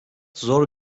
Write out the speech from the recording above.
zor